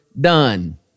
done